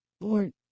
Lord